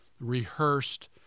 rehearsed